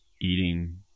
eating